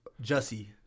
Jesse